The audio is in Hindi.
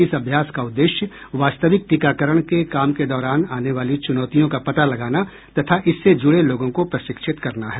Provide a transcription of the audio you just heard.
इस अभ्यास का उद्देश्य वास्तविक टीकाकरण के काम के दौरान आने वाली चुनौतियों का पता लगाना तथा इससे जूडे लोगों को प्रशिक्षित करना है